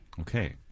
Okay